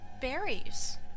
berries